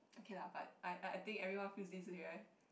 okay lah but I I think everyone feels this way right